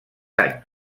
anys